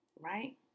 right